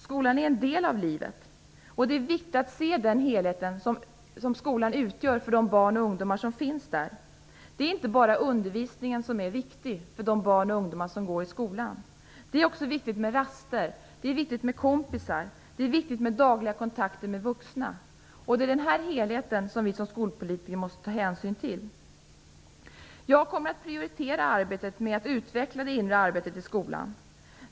Skolan är en del av livet. Det är viktigt att se den helhet som skolan utgör för de barn och ungdomar som finns där. Det är inte bara undervisningen som är viktig för de barn och ungdomar som går i skolan. Det är också viktigt med raster. Det är viktigt med kompisar. Det är viktigt med dagliga kontakter med vuxna. Det är denna helhet som vi som skolpolitiker måste ta hänsyn till. Jag kommer att prioritera arbetet med att utveckla det inre arbetet i skolan.